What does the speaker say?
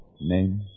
Name